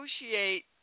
negotiate